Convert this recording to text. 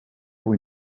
pour